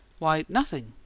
why, nothing.